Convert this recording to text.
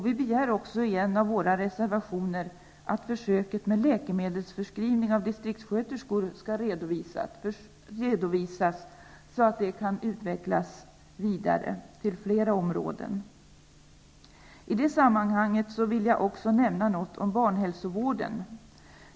Vi begär också i en av våra reservationer att försöket med läkemedelsförskrivning av distrikssköterskor skall redovisas, så att det kan vidareutvecklas till fler områden. I detta sammanhang vill jag också nämna något om barnhälsovården.